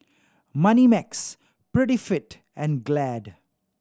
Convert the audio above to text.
Moneymax Prettyfit and Glad